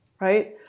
right